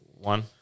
one